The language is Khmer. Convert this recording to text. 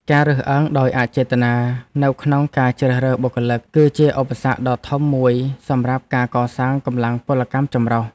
ការរើសអើងដោយអចេតនានៅក្នុងការជ្រើសរើសបុគ្គលិក គឺជាឧបសគ្គដ៏ធំមួយសម្រាប់ការកសាងកម្លាំងពលកម្មចម្រុះ។